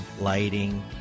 lighting